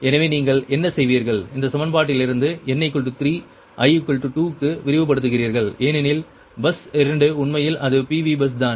எனவே நீங்கள் என்ன செய்வீர்கள் இந்த சமன்பாட்டிலிருந்து n 3 ஐ 2 க்கு விரிவுபடுத்துகிறீர்கள் ஏனெனில் பஸ் 2 உண்மையில் அது PV பஸ் தான்